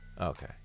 Okay